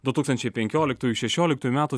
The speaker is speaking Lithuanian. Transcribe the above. du tūkstančiai penkioliktųjų šešioliktųjų metų